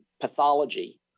pathology